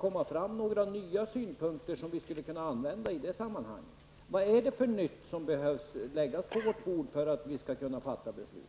komma fram några nya synpunkter som skulle kunna användas i det sammanhanget. Vad är det för något nytt som behöver läggas på vårt bord för att vi skall kunna fatta beslut?